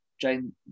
Jane